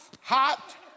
hot